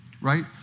Right